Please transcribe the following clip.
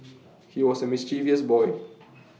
he was A mischievous boy